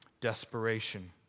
Desperation